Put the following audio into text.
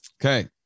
Okay